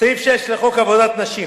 סעיף 6 לחוק עבודת נשים